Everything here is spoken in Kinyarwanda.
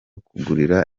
kugura